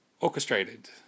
orchestrated